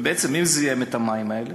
ובעצם, מי זיהם את המים האלה?